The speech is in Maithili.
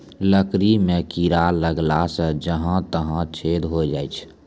लकड़ी म कीड़ा लगला सें जहां तहां छेद होय जाय छै